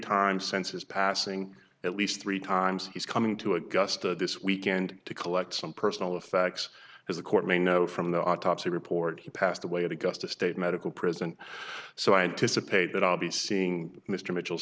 times since his passing at least three times he's coming to augusta this weekend to collect some personal effects as the court may know from the autopsy report he passed away at augusta state medical present so i anticipate that i'll be seeing mr mitchell